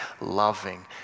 loving